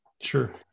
Sure